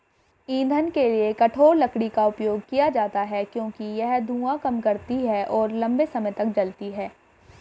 ईंधन के लिए कठोर लकड़ी का उपयोग किया जाता है क्योंकि यह धुआं कम करती है और लंबे समय तक जलती है